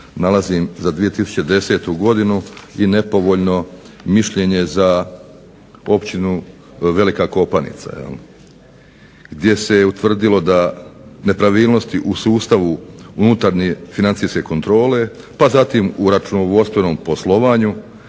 nalazim za 2010. godinu i nepovoljno mišljenje za općinu Velika Kopanica gdje se utvrdilo da nepravilnosti u sustavu unutarnje financijske kontrole, pa zatim u računovodstvenom poslovanju,